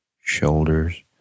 shoulders